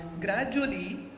gradually